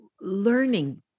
learning